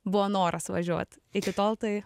buvo noras važiuot iki tol tai